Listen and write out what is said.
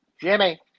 Jimmy